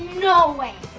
no way!